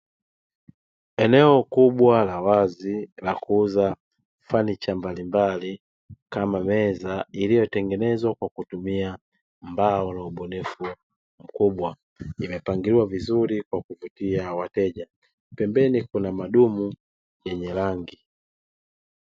Eneo kubwa la wazi la kuuza fanicha mbalimbali, kama meza; iliyotengenezwa kwa kutumia mbao la ubunifu mkubwa, imepangiliwa vizuri kwa kuvutia wateja. Pembeni kuna madumu yenye rangi.